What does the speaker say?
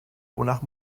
wonach